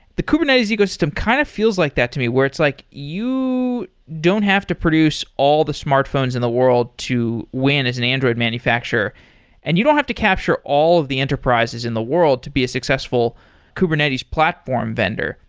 the kubernetes ecosystem kind of feels like that to me, where it's like you don't have to produce all the smartphones in the world to win as an android manufacturer and you don't have to capture all of the enterprises in the world to be a successful kubernetes platform vendor.